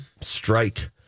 strike